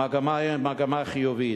המגמה היא מגמה חיובית.